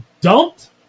dumped